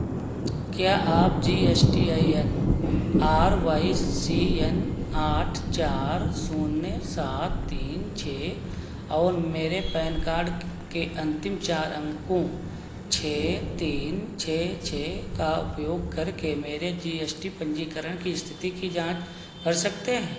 क्या आप G S T I N R Y C N आठ चार शून्य सात तीन छः और मेरे पैन कार्ड के अंतिम चार अंकों छः तीन छः छः का उपयोग करके मेरे जी एस टी पंजीकरण की स्थिति की जांच कर सकते हैं